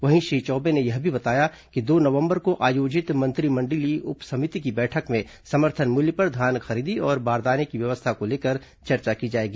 वहीं श्री चौबे ने यह भी बताया कि दो नवंबर को आयोजित मंत्रिमंडलीय उप समिति की बैठक में समर्थन मूल्य पर धान खरीदी और बारदाने की व्यवस्था को लेकर चर्चा की जाएगी